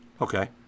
Okay